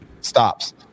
stops